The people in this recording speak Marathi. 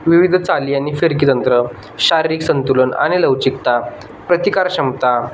विविध चाली आणि फिरकी तंत्र शारीरिक संतुलन आणि लवचिकता प्रतिकार क्षमता